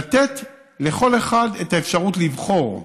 לתת לכל אחד אפשרות לבחור.